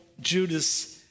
judas